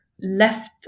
left